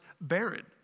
barren